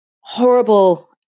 horrible